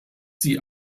sie